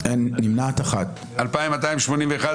מתייחסת להסתייגויות 2080-2061,